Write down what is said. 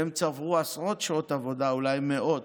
והם צברו עשרות שעות עבודה, אולי מאות,